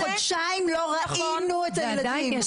חודשיים לא ראינו את הילדים.